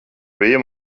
bija